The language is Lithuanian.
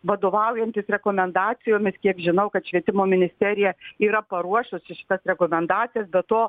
vadovaujantis rekomendacijomis kiek žinau kad švietimo ministerija yra paruošusi šitas rekomendacijas be to